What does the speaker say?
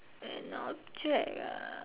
an object ah